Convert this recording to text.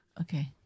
Okay